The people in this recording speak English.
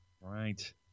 right